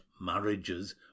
marriages